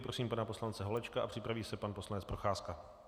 Prosím pana poslance Holečka, připraví se pan poslanec Procházka.